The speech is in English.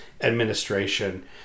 administration